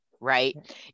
right